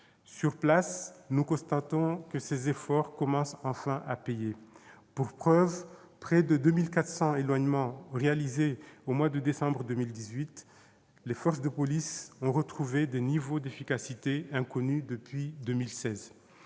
Sur place, nous constatons que ces efforts commencent enfin à payer. Pour preuve, avec près de 2 400 éloignements réalisés au mois de décembre 2018, les forces de police ont retrouvé des niveaux d'efficacité inconnus depuis 2016.